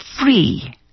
free